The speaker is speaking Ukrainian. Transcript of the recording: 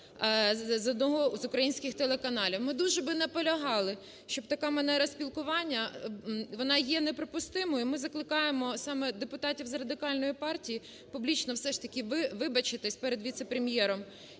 одного з українських телеканалів. Ми дуже би наполягали, щоб така манера спілкування… вона є неприпустимою. Ми закликаємо саме депутатів з Радикальної партії публічно все ж таки вибачитися перед віце-прем'єром.